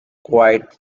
quite